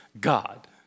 God